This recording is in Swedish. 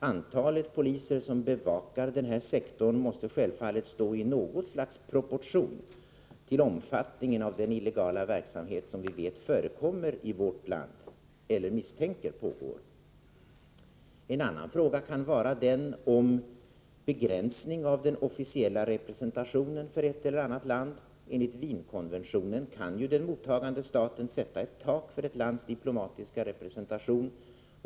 Antalet poliser som bevakar denna sektor måste självfallet stå i något slags proportion till omfattningen av den illegala verksamhet som vi vet förekommer i vårt land eller som vi misstänker pågår. En annan möjlighet kan vara att begränsa den officiella representationen för ett eller annat land — enligt Wien-konventionen har den mottagande staten rätt att sätta ett tak för ett lands diplomatiska representation.